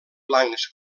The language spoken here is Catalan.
blancs